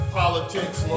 politics